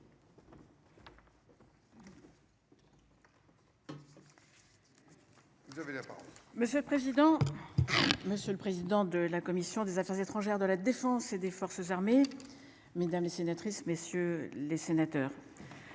Monsieur le président. Monsieur le président de la commission des affaires étrangères de la Défense et des forces armées. Mesdames les sénatrices messieurs les sénateurs.